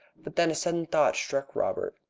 but then a sudden thought struck robert.